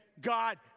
God